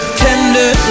tender